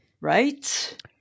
Right